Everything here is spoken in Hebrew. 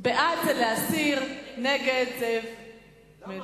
בעד זה להסיר, ונגד זה מליאה.